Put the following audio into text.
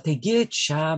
taigi čia